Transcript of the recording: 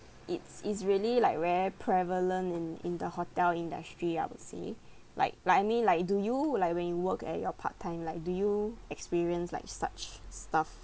it's it's really like very prevalent in in the hotel industry I would say like like I mean like do you like when you work at your part time like do you experience like such stuff